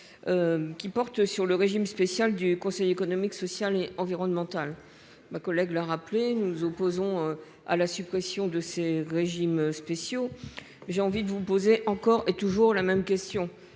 Qui porte sur le régime spécial du Conseil économique, social et environnemental. Ma collègue leur rappeler. Nous nous opposons à la suppression de ces régimes spéciaux. J'ai envie de vous poser encore et toujours la même question,